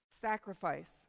sacrifice